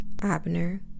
Abner